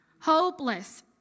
hopeless